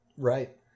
Right